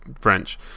French